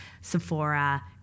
Sephora